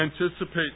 anticipate